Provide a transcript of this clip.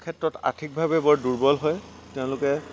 ক্ষেত্ৰত আৰ্থিকভাৱে বৰ দুৰ্বল হয় তেওঁলোকে